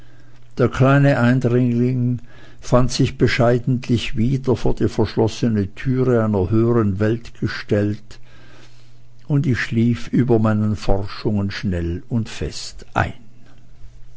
der kleine eindringling fand sich bescheidentlich wieder vor die verschlossene türe einer höheren welt gestellt und ich schlief über meinen forschungen schnell und fest ein